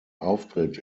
auftritt